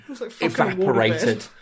evaporated